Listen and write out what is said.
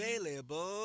available